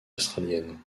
australienne